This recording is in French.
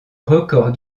record